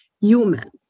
human